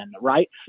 right